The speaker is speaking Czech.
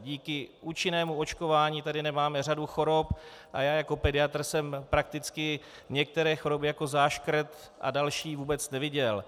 Díky účinnému očkování tady nemáme řadu chorob a já jako pediatr jsem prakticky některé choroby jako záškrt a další vůbec neviděl.